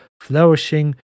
flourishing